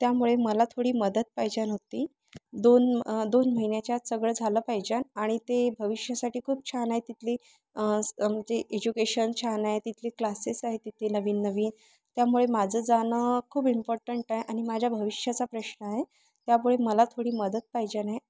त्यामुळे मला थोडी मदत पाहिजे होती दोन दोन महिन्याच्या आत सगळं झालं पाहिजे आणि ते भविष्यासाठी खूप छान आहे तिथली म्हणजे एज्युकेशन छान आहे तिथले क्लासेस आहे तिथे नवीन नवीन त्यामुळे माझं जाणं खूप इम्पॉर्टंट आहे आणि माझ्या भविष्याचा प्रश्न आहे त्यामुळे मला थोडी मदत पाहिजे आहे